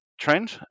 trend